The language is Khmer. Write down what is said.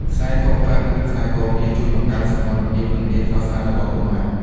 ខ្សែកប្រាក់ ឬខ្សែកមាស ជួយបង្កើនសោភ័ណភាព និងភាពស្រស់ស្អាតរបស់កុមារ។